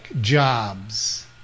jobs